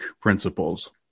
principles